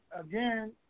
again